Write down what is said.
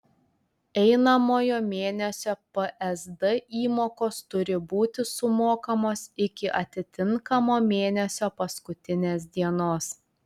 einamojo mėnesio psd įmokos turi būti sumokamos iki atitinkamo mėnesio paskutinės dienos